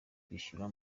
kwishyura